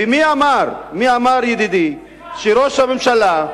ומי אמר, מי אמר, ידידי, שראש הממשלה,